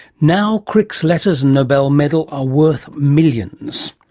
now crick's letters and nobel medal are worth millions.